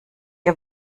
ihr